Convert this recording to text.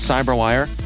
CyberWire